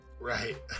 Right